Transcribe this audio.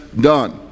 done